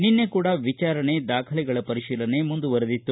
ನಿನ್ನೆ ಕೂಡಾ ವಿಚಾರಣೆ ದಾಖಲೆಗಳ ಪರಿತೀಲನೆ ಮುಂದುವರಿದಿತ್ತು